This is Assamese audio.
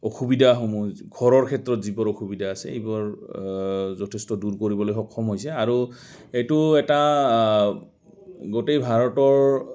অসুবিধাসমূহ ঘৰৰ ক্ষেত্ৰত যিবোৰ অসুবিধা আছে এইবোৰ যথেষ্ট দূৰ কৰিবলৈ সক্ষম হৈছে আৰু এইটো এটা গোটেই ভাৰতৰ